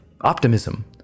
optimism